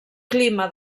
clima